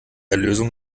erlösung